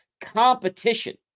competition